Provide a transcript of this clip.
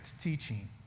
teaching